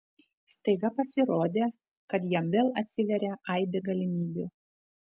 staiga pasirodė kad jam vėl atsiveria aibė galimybių